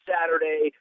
Saturday